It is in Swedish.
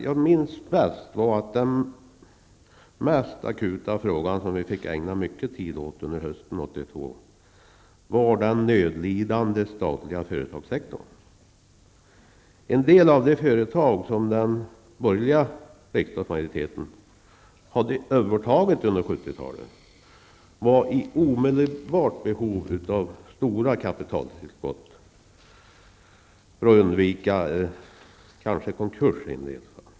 Jag minns att den mest akuta frågan, som vi fick ägna mycket tid åt under hösten 1982, gällde den nödlidande statliga företagssektorn. En del av de företag som den borgerliga riksdagsmajoriteten hade övertagit under 70-talet, var i omedelbart behov av stora kapitaltillskott för att undvika konkurs.